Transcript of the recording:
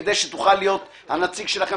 כדי שתוכל להיות הנציג שלכם,